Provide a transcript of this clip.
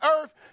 earth